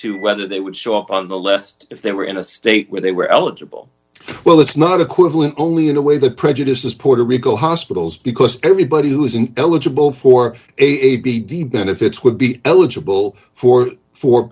to whether they would show up on the list if they were in a state where they were eligible well it's not equivalent only in a way the prejudice is puerto rico hospitals because everybody who isn't eligible for a b de benefits would be eligible for for